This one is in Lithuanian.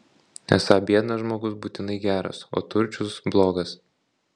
esą biednas žmogus būtinai geras o turčius blogas